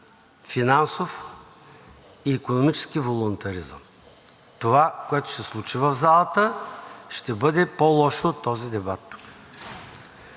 финансов и икономически волунтаризъм. Това, което ще се случи в залата, ще бъде по-лошо от този дебат тук,